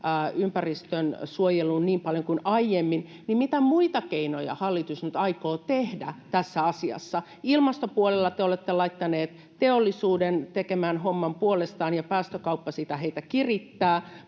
ympäristönsuojeluun niin paljon kuin aiemmin, mitä muita keinoja hallitus nyt aikoo käyttää tässä asiassa? Ilmastopuolella te olette laittaneet teollisuuden tekemään homman puolestanne, ja päästökauppa siinä heitä kirittää,